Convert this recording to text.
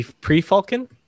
pre-falcon